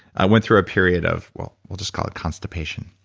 went through a period of, well, we'll just call it constipation.